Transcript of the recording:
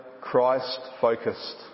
Christ-focused